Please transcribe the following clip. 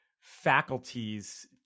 faculties